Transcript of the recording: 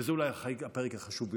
וזה אולי הפרק החשוב ביותר,